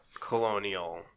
colonial